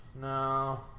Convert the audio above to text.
No